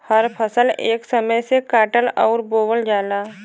हर फसल एक समय से काटल अउर बोवल जाला